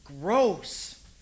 gross